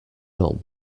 not